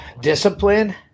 discipline